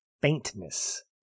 faintness